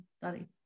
study